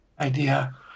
idea